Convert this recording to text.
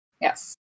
Yes